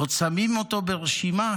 ועוד שמים אותו ברשימה,